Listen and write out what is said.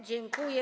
Dziękuję.